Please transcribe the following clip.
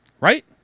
Right